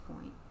point